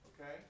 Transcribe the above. okay